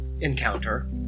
encounter